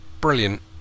brilliant